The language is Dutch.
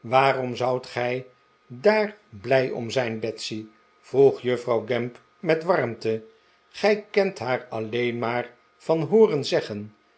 waarom zoudt gij daar blij om zijn betsy vroeg juffrouw gamp met warmte gij kent haar alleen maar van hooren zeggen